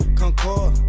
concord